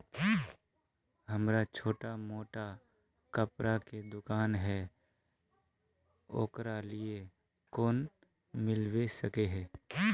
हमरा छोटो मोटा कपड़ा के दुकान है ओकरा लिए लोन मिलबे सके है?